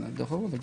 בדו"ח ההוא.